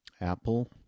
Apple